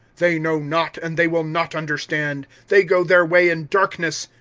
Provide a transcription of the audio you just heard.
they know not, and they will not understand they go their way in darkness.